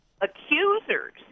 accusers